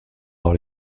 dans